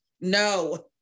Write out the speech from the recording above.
No